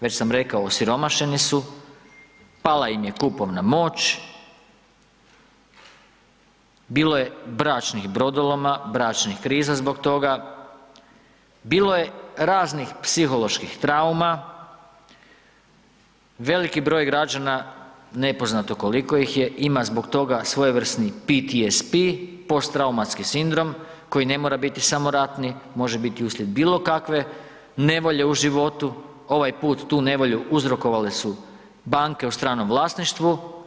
Već sam rekao, osiromašeni su, pala im je kupovna moć, bilo je bračnih brodoloma, bračnih kriza zbog toga, bilo je raznih psiholoških trauma, veliki broj građana, nepoznato koliko ih je, ima zbog toga svojevrsni PTSP, posttraumatski sindrom, koji ne mora biti samo ratni, može biti uslijed bilo kakve nevolje u životu, ovaj put tu nevolju uzrokovale su banke u stranom vlasništvu.